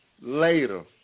later